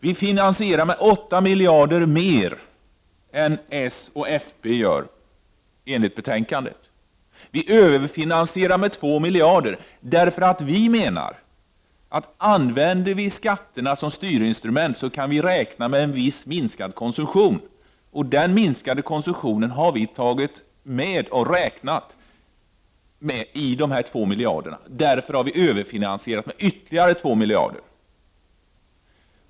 Vi finansierar med 8 miljarder mer än socialdemokraterna och folkpartiet gör enligt betänkandet. Vi överfinansierar med 2 miljarder, eftersom vi anser att om man använder skatterna som styrinstrument, kan man räkna med en viss minskning av konsumtionen. Denna minskning har vi räknat in i dessa 2 miljarder.